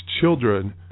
children